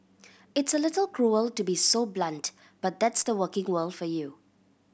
it's a little cruel to be so blunt but that's the working world for you